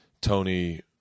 Tony